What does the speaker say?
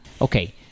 Okay